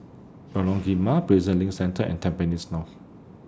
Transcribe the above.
Lorong Prison LINK Centre and Tampines North